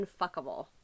unfuckable